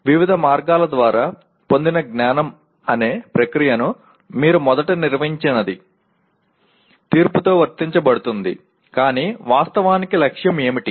వివిధ మార్గాల ద్వారా పొందిన జ్ఞానం అనే ప్రక్రియను మీరు మొదట నిర్వచించినది తీర్పుతో వర్తించబడుతుంది కానీ వాస్తవానికి లక్ష్యం ఏమిటి